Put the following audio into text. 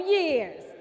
years